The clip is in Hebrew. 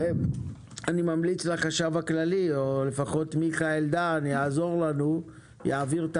אני ממליץ לחשב הכללי או לפחות מיכאל בן דהן יעביר את המסר